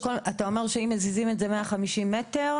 אתה אומר שאם מזיזים את זה מאה חמישים מטר,